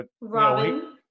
Robin